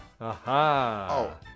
Aha